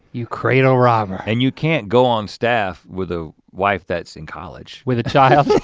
you cradle robber. and you can't go on staff with a wife that's in college. with a child.